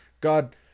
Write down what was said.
God